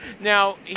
Now